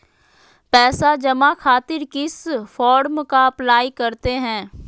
पैसा जमा खातिर किस फॉर्म का अप्लाई करते हैं?